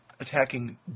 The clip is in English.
attacking